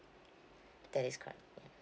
that is correct